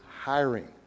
hiring